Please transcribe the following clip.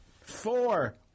Four